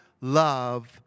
love